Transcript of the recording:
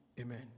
Amen